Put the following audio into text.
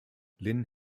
lynne